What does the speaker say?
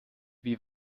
wie